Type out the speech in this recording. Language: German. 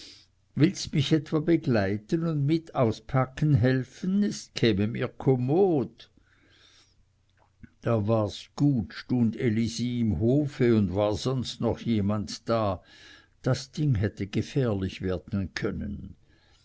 willst mich etwa begleiten und mit auspacken helfen es käme mir kommod da wars gut stund elisi im hofe und war sonst noch jemand da das ding hätte gefährlich werden können